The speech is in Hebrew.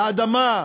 לאדמה.